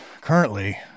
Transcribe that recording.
Currently